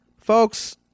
folks